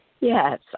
Yes